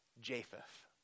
Japheth